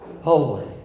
holy